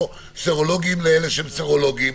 או סרולוגיים לסרולוגיים,